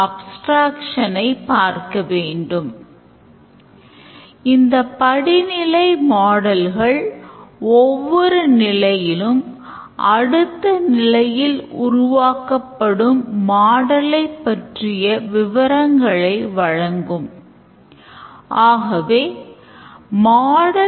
ஐ System சரி பார்க்கிறது வாடிக்கையாளர் withdraw ஐ தேர்வு செய்தகிறார் system operation time மற்றும் operation type ஐ கேட்கிறது வாடிக்கையாளர் பணத் தொகையை உள்ளிடுகிறார்